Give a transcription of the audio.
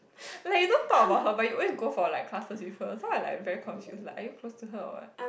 like you don't talk about her but you always go for like classes with her so I like very confused like are you close to her or what